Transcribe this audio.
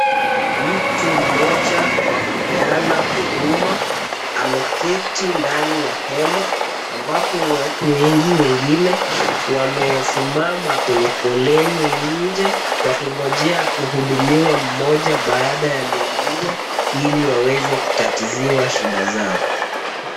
Mtu mmoja wa kupeana huduma ameketi ndani ya hema, ambapo watu wengi wengine wamesimama kwenye foleni nje wakingojea kuhudumiwa mmoja baada ya mwingine, ili waweze kutatiziwa shida zao.